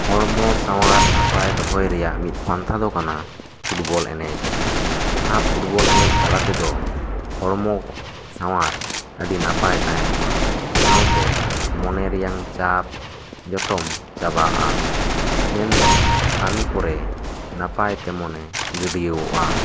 ᱦᱚᱲᱢᱚ ᱥᱟᱶᱟᱨ ᱱᱟᱯᱟᱭ ᱫᱚᱦᱚᱭ ᱨᱮᱭᱟᱜ ᱢᱤᱫ ᱯᱟᱱᱛᱷᱟ ᱫᱚ ᱠᱟᱱᱟ ᱯᱷᱩᱴᱵᱚᱞ ᱮᱱᱮᱡ ᱢᱟᱦᱟᱸ ᱯᱷᱩᱴᱵᱚᱞ ᱮᱱᱮᱡ ᱛᱟᱞᱟ ᱛᱮᱫᱚ ᱦᱚᱲᱢᱚ ᱥᱟᱶᱟᱨ ᱟᱹᱰᱤ ᱱᱟᱯᱟᱭ ᱛᱟᱦᱮᱸᱱᱚᱜ ᱟ ᱥᱟᱶᱛᱮ ᱢᱚᱱᱮ ᱨᱮᱭᱟᱝ ᱪᱟᱞ ᱡᱚᱛᱚᱢ ᱪᱟᱵᱟᱜ ᱟ ᱢᱮᱱ ᱫᱚ ᱠᱟᱹᱢᱤ ᱠᱚᱨᱮ ᱱᱟᱯᱟᱭ ᱛᱮ ᱢᱚᱱᱮ ᱜᱟᱹᱰᱤᱭᱚᱜ ᱟ